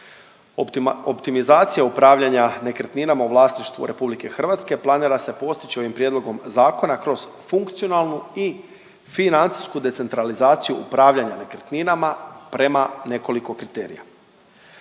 Optimizacija upravljanja nekretninama u vlasništvu Republike Hrvatske planira se postići ovim prijedlogom zakona kroz funkcionalnu i financijsku decentralizaciju upravljanja nekretninama prema nekoliko kriterija.